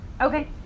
Okay